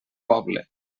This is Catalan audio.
poble